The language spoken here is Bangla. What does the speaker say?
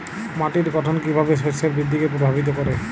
মাটির গঠন কীভাবে শস্যের বৃদ্ধিকে প্রভাবিত করে?